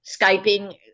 Skyping